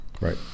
right